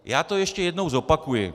Já to ještě jednou zopakuji.